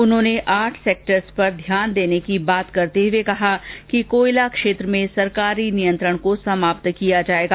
उन्होंने आठ सेक्टर्स पर ध्यान देने की बात करते हुए कहा कि कोयला क्षेत्र में सरकारी नियंत्रण को खत्म किया जाएगा